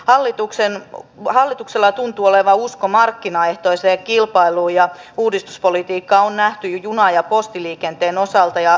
hallituksen hallituksella tuntuu oleva usko markkinaehtoiseen kilpailuun yleinen asevelvollisuus on keskeinen osa suomen puolustusta